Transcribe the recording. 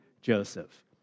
Joseph